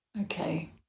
Okay